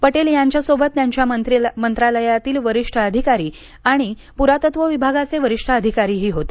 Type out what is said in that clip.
पटेल यांच्यासोबत त्यांच्या मंत्रालयातील वरिष्ठ अधिकारी आणि पुरातत्व विभागाचे वरिष्ठ अधिकारीही होते